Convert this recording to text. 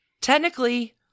Technically